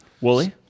Wooly